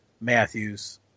Matthews